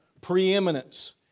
preeminence